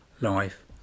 life